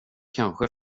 kanske